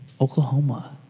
Oklahoma